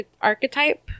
archetype